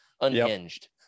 unhinged